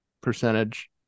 percentage